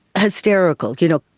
hysterical. you know,